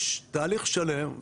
יש תהליך שלם,